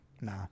nah